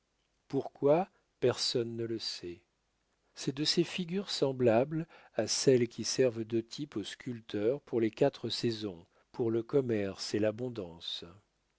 pourquoi personne ne le sait c'est de ces figures semblables à celles qui servent de type aux sculpteurs pour les quatre saisons pour le commerce et l'abondance